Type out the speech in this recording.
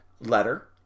letter